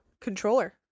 controller